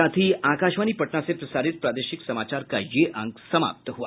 इसके साथ ही आकाशवाणी पटना से प्रसारित प्रादेशिक समाचार का ये अंक समाप्त हुआ